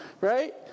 right